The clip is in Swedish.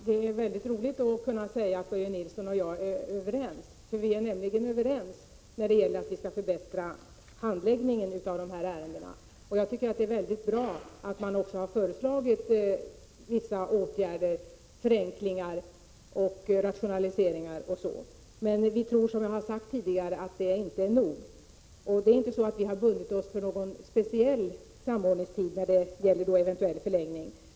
Fru talman! Det är roligt att kunna säga att Börje Nilsson och jag är överens. Vi är nämligen överens om att vi skall förbättra handläggningen av de här ärendena. Jag tycker det är bra att man också har föreslagit vissa förenklingar, rationaliseringar o. d. Men vi tror, som jag har sagt tidigare, att det inte är nog. Vi har inte bundit oss för någon speciell samordningstid när det gäller en eventuell förlängning.